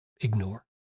ignore